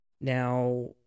Now